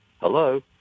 hello